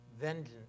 vengeance